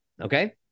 okay